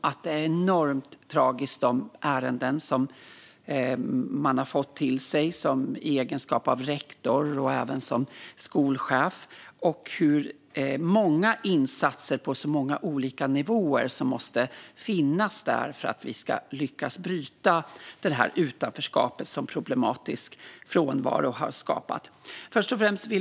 Det är enormt tragiskt med de ärenden som man har fått till sig i egenskap av rektor och skolchef, och det är många insatser på många olika nivåer som måste finnas där för att vi ska lyckas bryta det utanförskap som problematisk frånvaro har skapat.